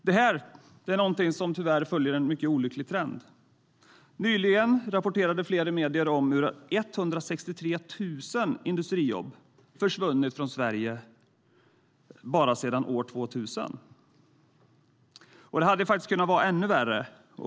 Detta följer tyvärr en mycket olycklig trend. Nyligen rapporterade flera medier om hur 163 000 industrijobb försvunnit från Sverige bara sedan år 2000. Det hade faktiskt kunnat vara ännu värre.